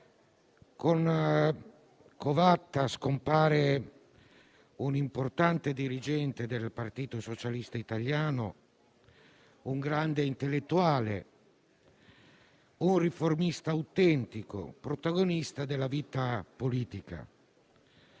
Con Covatta scompare un importante dirigente del Partito Socialista Italiano, un grande intellettuale, un riformista autentico, protagonista della vita politica.